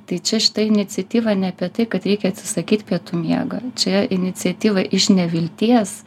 tai čia šita iniciatyva ne apie tai kad reikia atsisakyti pietų miego čia iniciatyva iš nevilties